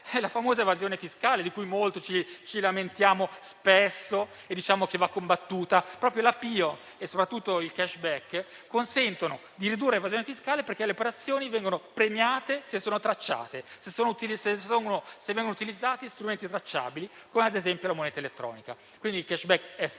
la famosa evasione fiscale, di cui ci lamentiamo spesso, dicendo che va combattuta. L'*app* IO, e soprattutto il *cashback*, consentono di ridurre l'evasione fiscale, perché le operazioni vengono premiate se sono tracciate e se vengono utilizzati strumenti tracciabili, come ad esempio la moneta elettronica. Quindi il *cashback* è servito,